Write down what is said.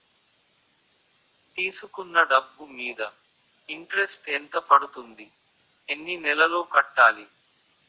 తీసుకున్న డబ్బు మీద ఇంట్రెస్ట్ ఎంత పడుతుంది? ఎన్ని నెలలో కట్టాలి?